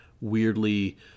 weirdly